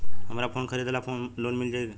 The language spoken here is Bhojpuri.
हमरा फोन खरीदे ला लोन मिल जायी?